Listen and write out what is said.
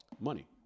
money